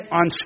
on